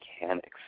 mechanics